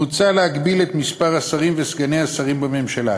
מוצע להגביל את מספר השרים וסגני השרים בממשלה.